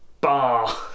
bar